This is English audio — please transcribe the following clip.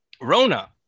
Rona